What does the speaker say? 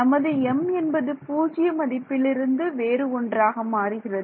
நமது m என்பது பூஜ்ஜிய மதிப்பிலிருந்து வேறு ஒன்றாக மாறுகிறது